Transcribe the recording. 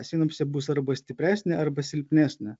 sinapsė bus arba stipresnė arba silpnesnė